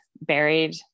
buried